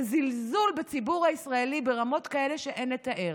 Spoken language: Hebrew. זה זלזול בציבור הישראלי ברמות כאלה שאין לתאר.